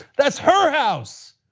that's her house.